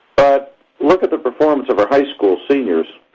but look at the performance of our high school seniors.